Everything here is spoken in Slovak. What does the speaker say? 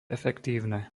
efektívne